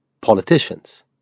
politicians